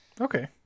Okay